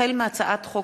החל בהצעת חוק